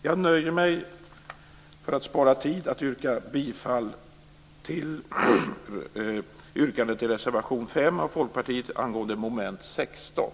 Jag nöjer mig för att spara tid med att yrka bifall till reservation 5 av Folkpartiet angående mom. 16.